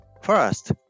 First